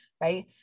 Right